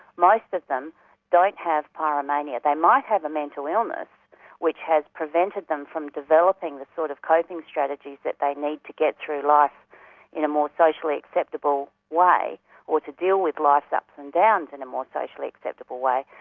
most of them don't have pyromania. they might have a mental illness which has prevented them from developing the sort of coping strategies that they need to get through life in a more socially acceptable way, or to deal with life's ups and downs in a more socially acceptable way,